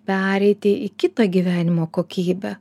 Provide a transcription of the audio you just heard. pereiti į kitą gyvenimo kokybę